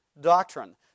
doctrine